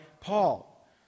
Paul